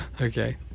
Okay